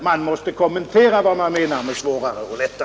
Man måste också kommentera vad man menar med detta.